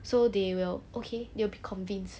so they will okay they will be convinced